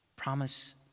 promise